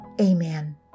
Amen